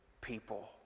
people